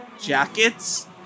jackets